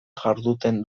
jarduten